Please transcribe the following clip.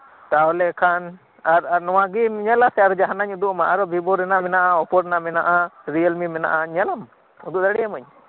ᱛᱟᱦᱚᱞᱠᱷᱟᱱ ᱟᱨ ᱱᱚᱣᱟᱜᱤᱢ ᱧᱮᱞᱟ ᱥᱮ ᱟᱨ ᱡᱟᱦᱟᱱᱟᱜᱤᱧ ᱩᱫᱩᱜ ᱟᱢᱟ ᱟᱨᱚ ᱵᱷᱤᱵᱚᱨᱮᱱᱟᱜ ᱢᱮᱱᱟᱜ ᱟ ᱚᱯᱚᱨᱮᱱᱟᱜ ᱢᱮᱱᱟᱜ ᱟ ᱨᱤᱭᱮᱞᱢᱤ ᱢᱮᱱᱟᱜ ᱟ ᱧᱮᱞᱟᱢ ᱩᱫᱩᱜ ᱟᱹᱢᱟᱹᱧ